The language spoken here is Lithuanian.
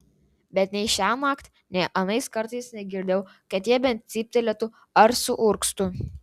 bet nei šiąnakt nei anais kartais negirdėjau kad jie bent cyptelėtų ar suurgztų